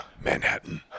Manhattan